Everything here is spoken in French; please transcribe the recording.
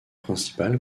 principale